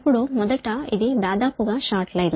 ఇప్పుడు మొదట ఇది దాదాపుగా షార్ట్ లైన్